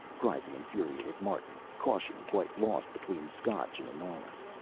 cried the infuriated martin, caution quite lost between scotch and annoyance.